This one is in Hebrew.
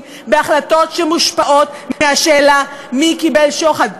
בהחלטות שמושפעות מהשאלה מי קיבל שוחד.